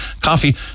coffee